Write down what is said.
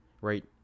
right